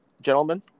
gentlemen